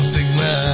Sigma